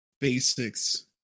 basics